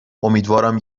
امیدوارم